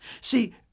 See